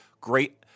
great